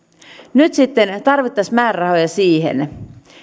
nyt sitten tarvittaisiin määrärahoja siihen